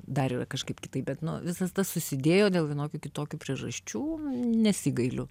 dar yra kažkaip kitaip bet nu visas tas susidėjo dėl vienokių kitokių priežasčių nesigailiu